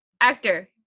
actor